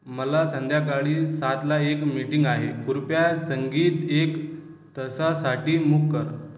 मला संध्याकाळी सातला एक मीटिंग आहे कृपया संगीत एक तासासाठी मूक कर